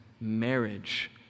marriage